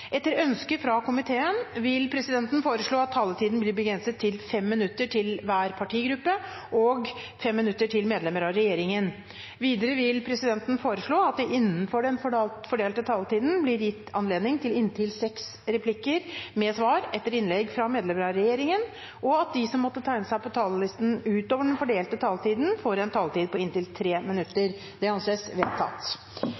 regjeringen. Videre vil presidenten foreslå at det – innenfor den fordelte taletid – blir gitt anledning til inntil seks replikker med svar etter innlegg fra medlemmer av regjeringen, og at de som måtte tegne seg på talerlisten utover den fordelte taletid, får en taletid på inntil